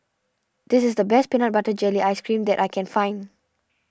this is the best Peanut Butter Jelly Ice Cream that I can find